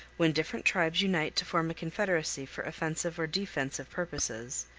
when different tribes unite to form a confederacy for offensive or defensive purposes,